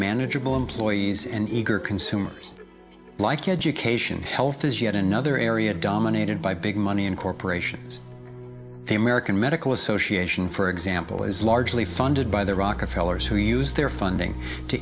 manageable employees and eager consumers like education health is yet another area dominated by big money and corporations the american medical association for example is largely funded by the rockefeller's who use their funding to